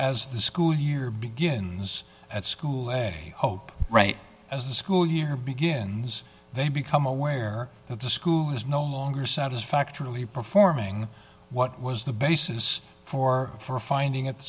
as the school year begins at school a hope right as the school year begins they become aware that the school is no longer satisfactorily performing what was the basis for for a finding at